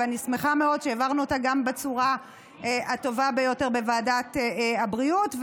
ואני שמחה מאוד שהעברנו אותה בצורה הטובה ביותר בוועדת הבריאות,